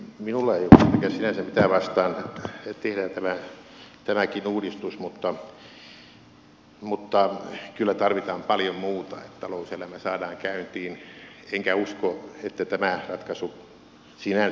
minulla ei ole sinänsä sitä vastaan että tehdään tämäkin uudistus mutta kyllä tarvitaan paljon muuta että talouselämä saadaan käyntiin enkä usko että tämä ratkaisu sinänsä näitä investointeja edistää